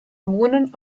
wohnen